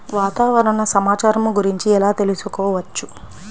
వాతావరణ సమాచారము గురించి ఎలా తెలుకుసుకోవచ్చు?